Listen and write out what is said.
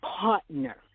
partner